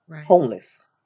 homeless